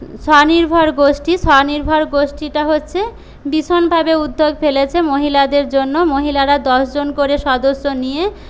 স্বনির্ভর গোষ্ঠী স্বনির্ভর গোষ্ঠীটা হচ্ছে ভীষণভাবে উদ্যোগ ফেলেছে মহিলাদের জন্য মহিলারা দশজন করে সদস্য নিয়ে